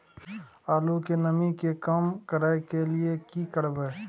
आलू के नमी के कम करय के लिये की करबै?